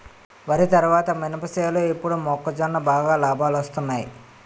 వరి తరువాత మినప సేలు ఇప్పుడు మొక్కజొన్న బాగా లాబాలొస్తున్నయ్